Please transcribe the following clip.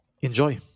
enjoy